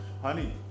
Honey